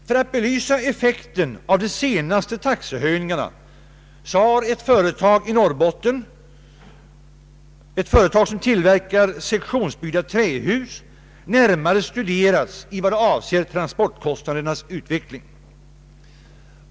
För att belysa effekten av de senaste taxehöjningarna har ett företag i Norrbotten som tillverkar sektionsbyggda trähus närmare studerats i vad avser transportkostnadernas utveckling.